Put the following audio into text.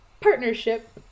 partnership